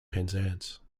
penzance